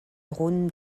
drone